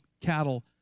cattle